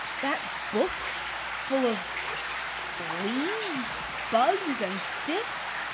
that book full of leaves, bugs, and sticks?